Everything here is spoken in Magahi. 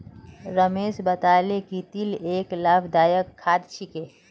रमेश बताले कि तिल एक लाभदायक खाद्य छिके